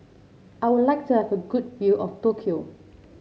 I would like to have a good view of Tokyo